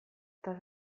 eta